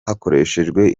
hakoreshejwe